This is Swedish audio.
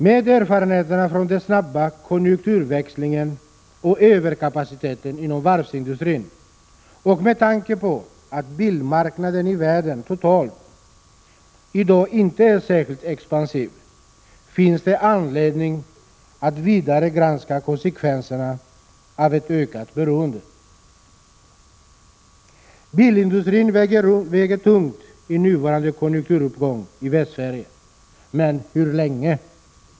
Med erfarenheterna från den snabba konjunkturväxlingen och överkapaciteten inom varvsindustrin och med tanke på att bilmarknaden i världen totalt i dag inte är säkert expansiv finns det anledning att vidare granska konsekvenserna av ett ökat beroende. Bilindustrin väger tungt i nuvarande konjunkturuppgång i Västsverige, men hur länge?